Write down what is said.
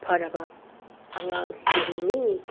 ꯐꯔꯕ ꯑꯉꯥꯡꯁꯤꯡꯅꯤ